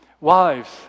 Wives